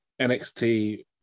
NXT